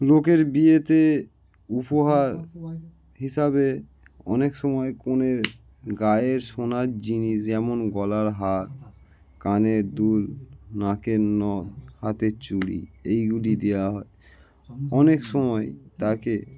লোকের বিয়েতে উপহার হিসাবে অনেক সময় কনের গায়ে সোনার জিনিস যেমন গলার হাত কানের দুল নাকের নথ হাতের চুড়ি এইগুলি দেওয়া হয় অনেক সময় তাকে